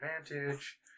advantage